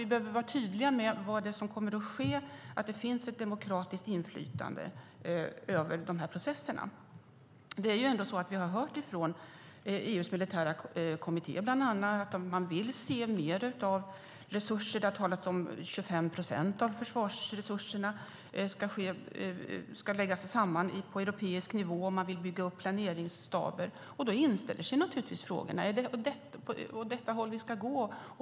Vi behöver vara tydliga med vad som kommer att ske och att det finns ett demokratiskt inflytande över dessa processer. Vi har ju hört från EU:s militära kommitté att man vill se mer resurser. Det har talats om att 25 procent av försvarsresurserna ska läggas samman på europeisk nivå, och man vill bygga upp planeringsstaber. Då inställer sig givetvis frågor. Är det åt detta håll vi ska gå?